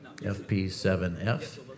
FP7F